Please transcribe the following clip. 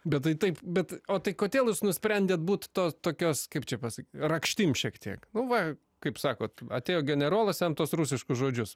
bet tai taip bet o tai kodėl nusprendėt būt to tokios kaip čia pasak rakštim šiek tiek nu va kaip sakot atėjo generolas jam tuos rusiškus žodžius